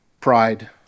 Pride